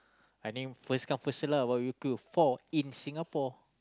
I mean first come first serve lah what would you queue for in Singapore